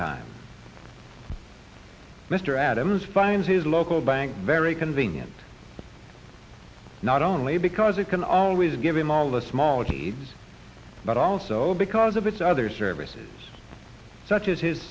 time mr adams finds his local bank very convenient not only because it can always give him all the small exceeds but also because of its other services such as his